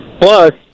Plus